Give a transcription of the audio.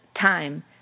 time